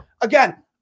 again